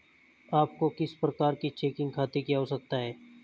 आपको किस प्रकार के चेकिंग खाते की आवश्यकता है?